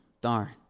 darn